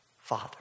Father